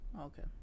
Okay